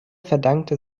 verdankte